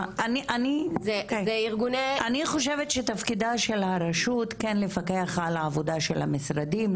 אני חושבת שתפקידה של הרשות כן לפקח על העבודה של המשרדים,